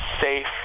safe